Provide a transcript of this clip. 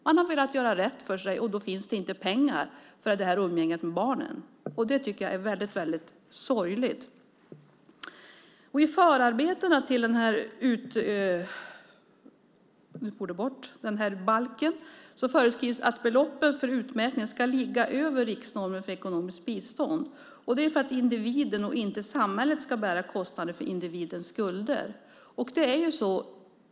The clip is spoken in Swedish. Man har velat göra rätt för sig, och då finns det inte pengar för umgänge med barnen. Det är mycket sorgligt. I förarbetena till lagen föreskrivs att beloppen för utmätning ska ligga över riksnormen för ekonomiskt bistånd. Det är för att individen och inte samhället ska bära kostnaderna för individens skulder.